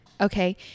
Okay